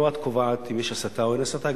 לא את קובעת אם יש הסתה או אין הסתה,